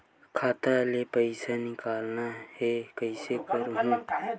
खाता ले पईसा निकालना हे, कइसे करहूं?